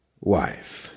wife